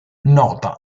nota